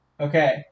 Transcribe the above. Okay